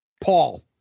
Paul